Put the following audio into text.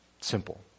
Simple